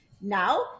now